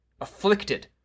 afflicted